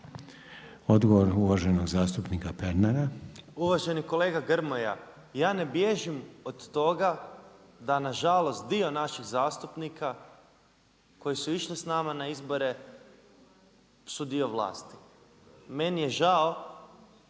Odgovor uvaženog zastupnika Pernara. **Pernar, Ivan (Živi zid)** Uvaženi kolega Grmoja, ja ne bježim od toga da na žalost dio naših zastupnika koji su išli sa nama na izbore su dio vlasti. Meni je žao